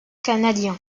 canadiens